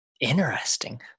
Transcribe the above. interesting